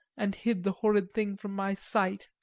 and hid the horrid thing from my sight.